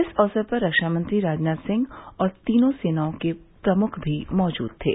इस अवसर पर रक्षा मंत्री राजनाथ सिंह और तीनों सेनाओं के प्रमुख भी मौजूद थे